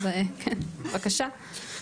כן בבקשה.